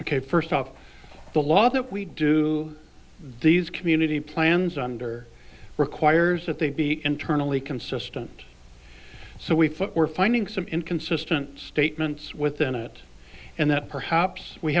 ok first off the law that we do these community plans under requires that they be internally consistent so we were finding some inconsistent statements within it and that perhaps we